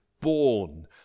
born